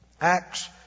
Acts